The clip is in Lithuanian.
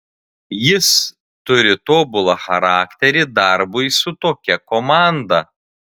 jis turi tobulą charakterį darbui su tokia komanda